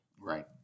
Right